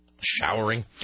showering